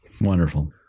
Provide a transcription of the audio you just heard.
Wonderful